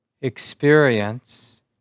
experience